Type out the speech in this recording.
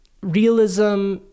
realism